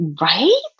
Right